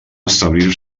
establir